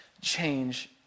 change